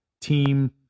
team